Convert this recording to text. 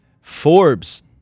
Forbes